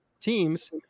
teams